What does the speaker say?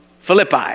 Philippi